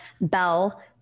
bell